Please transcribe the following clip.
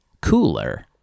cooler